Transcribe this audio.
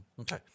Okay